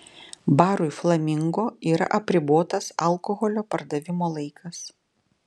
barui flamingo yra apribotas alkoholio pardavimo laikas